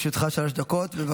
לרשותך שלוש דקות.